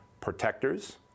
protectors